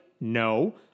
No